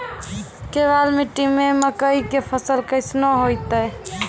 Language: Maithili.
केवाल मिट्टी मे मकई के फ़सल कैसनौ होईतै?